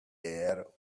air